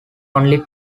only